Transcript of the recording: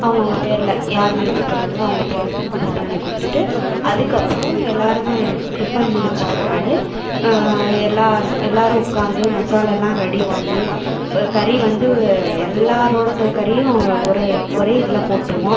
அவங்க அவங்க பேரில் யார் விருப்பப்படுறாங்களோ அவங்க பேருக்கு குர்பானி கொடுத்திட்டு அதுக்கப்பறம் எல்லாருமே டிஃபன் முடிச்ச பிறகால் எல்லாரும் எல்லாரும் உட்கார்ந்து மசாலா எல்லாம் ரெடி பண்ணி இப்போ கறி வந்து எல்லாரோடது கறியும் ஒரு ஒரே இதில் போட்டுருவோம்